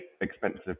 expensive